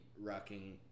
rocking